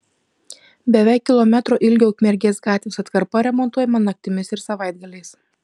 beveik kilometro ilgio ukmergės gatvės atkarpa remontuojama naktimis ir savaitgaliais